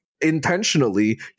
intentionally